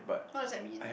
what does that mean